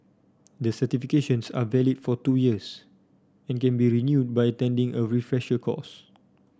the certifications are valid for two years and can be renewed by attending a refresher course